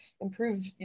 improved